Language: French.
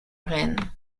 reine